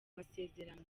masezerano